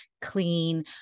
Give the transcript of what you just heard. clean